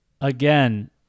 Again